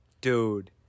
Dude